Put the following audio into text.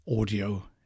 audio